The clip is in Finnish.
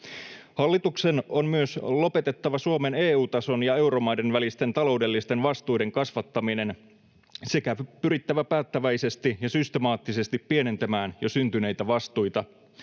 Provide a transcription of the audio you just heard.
Hallituksen on myös lopetettava Suomen EU-tason ja euromaiden välisten taloudellisten vastuiden kasvattaminen sekä pyrittävä päättäväisesti ja systemaattisesti pienentämään jo syntyneitä vastuita.